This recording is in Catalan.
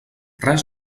res